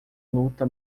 luta